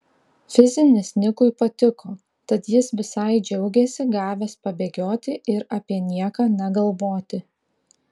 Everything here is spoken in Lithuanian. fizinis nikui patiko tad jis visai džiaugėsi gavęs pabėgioti ir apie nieką negalvoti